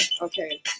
Okay